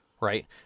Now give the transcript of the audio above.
Right